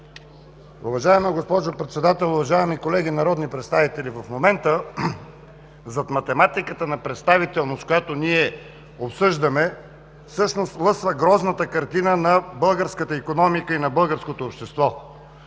Уважаема госпожо Председател, уважаеми колеги народни представители! В момента зад математиката на представителност, която обсъждаме, всъщност лъсва грозната картина на българската икономика и българското общество.